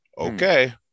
Okay